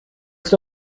ist